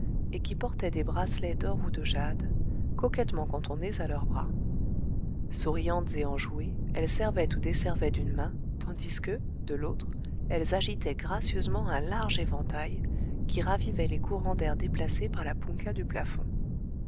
et qui portaient des bracelets d'or ou de jade coquettement contournés à leurs bras souriantes et enjouées elles servaient ou desservaient d'une main tandis que de l'autre elles agitaient gracieusement un large éventail qui ravivait les courants d'air déplacés par la punka du plafond